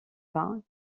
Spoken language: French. pas